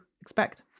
expect